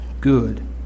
good